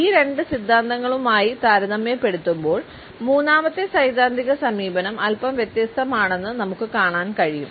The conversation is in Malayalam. ഈ രണ്ട് സിദ്ധാന്തങ്ങളുമായി താരതമ്യപ്പെടുത്തുമ്പോൾ മൂന്നാമത്തെ സൈദ്ധാന്തിക സമീപനം അല്പം വ്യത്യസ്തമാണെന്ന് നമുക്ക് കാണാൻ കഴിയും